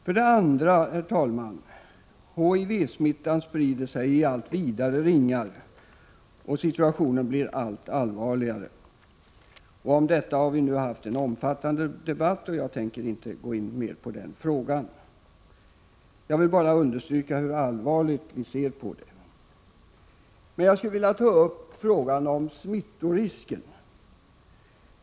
För det andra, herr talman, sprider sig HIV-smittan i allt vidare ringar, och situationen blir allt allvarligare. Om detta har vi nu haft en omfattande debatt, och jag tänker inte gå in mer på den saken. Jag vill bara understryka hur allvarligt vi ser på detta och säga något om smittorisken.